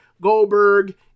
Goldberg